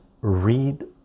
read